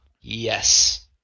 Yes